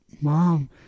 Mom